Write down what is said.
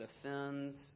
offends